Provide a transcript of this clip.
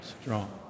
strong